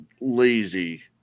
lazy